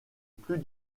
plus